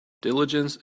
diligence